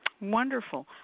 Wonderful